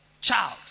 child